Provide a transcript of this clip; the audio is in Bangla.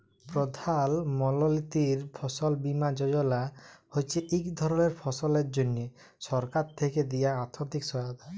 প্রধাল মলতিরি ফসল বীমা যজলা হছে ইক ধরলের ফসলের জ্যনহে সরকার থ্যাকে দিয়া আথ্থিক সহায়তা